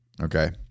okay